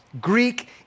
Greek